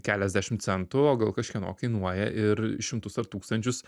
keliasdešim centų o gal kažkieno kainuoja ir šimtus ar tūkstančius